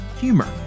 humor